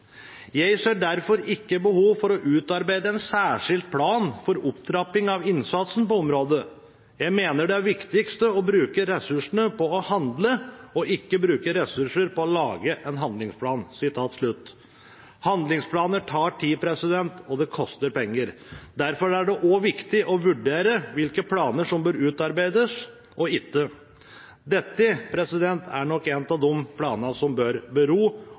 Jeg ser derfor ikke behov for å utarbeide en særskilt plan for opptrapping av innsatsen på området. Jeg mener det viktigste er å bruke ressursene på å handle og ikke bruke ressurser på å lage en handlingsplan.» Handlingsplaner tar tid, og de koster penger. Derfor er det viktig å vurdere hvilke planer som bør utarbeides eller ikke. Dette er nok en av de planene som bør stilles i bero,